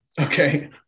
Okay